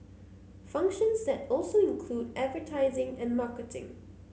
functions that also include advertising and marketing